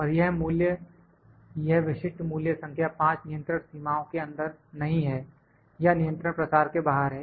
और यह मूल्य यह विशिष्ट मूल्य संख्या 5 नियंत्रण सीमाओं के अंदर नहीं है या नियंत्रण प्रसार के बाहर है